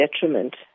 detriment